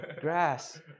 grass